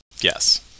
Yes